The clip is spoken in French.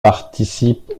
participe